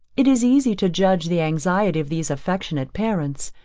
it is easy to judge the anxiety of these affectionate parents,